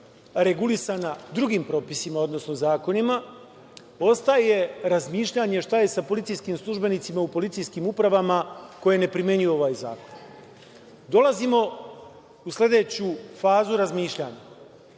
regulisana drugim propisima, odnosno zakonima, ostaje razmišljanje šta je sa policijskim službenicima u policijskim upravama koji ne primenjuju ovaj zakon. Dolazimo u sledeću fazu razmišljanja. Jedna,